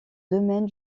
domaine